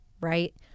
right